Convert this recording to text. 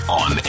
on